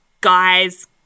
guy's